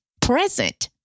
present